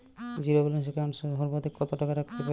Zero balance account এ সর্বাধিক কত টাকা রাখতে পারি?